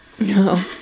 No